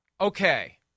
okay